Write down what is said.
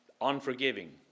unforgiving